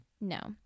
No